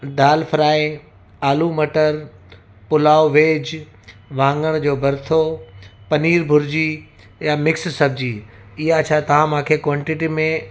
दाल fry आलू मटर pulao veg वाङण जो भर्थो पनीर भुर्जी या मिक्स सब्जी इहा छा तव्हां मूंखे क्वांटीटी में